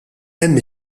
hemm